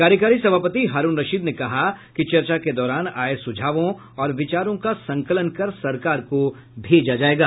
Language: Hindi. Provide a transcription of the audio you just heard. कार्यकारी सभापति हारुण रशीद ने कहा कि चर्चा के दौरान आये सुझावों और विचारों का संकलन कर सरकार को भेजा जायेगा